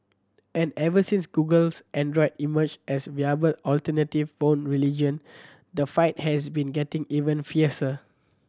and ever since Google's Android emerged as a viable alternative phone religion the fight has been getting even fiercer